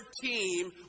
team